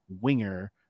winger